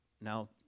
now